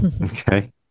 okay